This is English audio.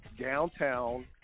downtown